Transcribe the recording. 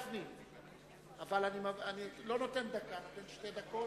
חבר הכנסת משה גפני.